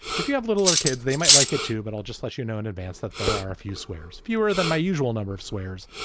if you have little or kids, they might like it, too. but i'll just let you know in advance that there are a few suares fewer than my usual number of suares,